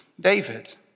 David